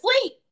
sleep